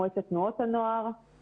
מועצת תנועות הנוער,